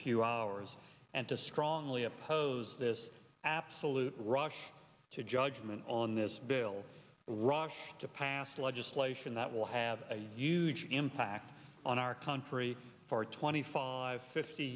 few hours and to strongly oppose this absolute rush to judgment on this bill rushed to pass legislation that will have a huge impact on our country for twenty five fifty